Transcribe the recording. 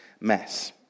mess